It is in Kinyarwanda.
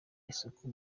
isuku